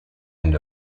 end